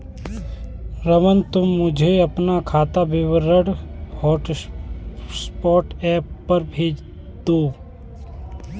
रमन, तुम मुझे अपना खाता विवरण व्हाट्सएप पर भेज दो